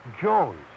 Jones